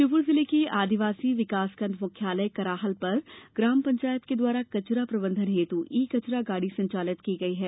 श्योपूर जिले के आदिवासी विकासखण्ड मुख्यालय कराहल पर ग्राम पंचायत के द्वारा कचरा प्रबधन हेतु ई कचरा गाडी संचालित की गई है